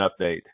update